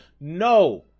No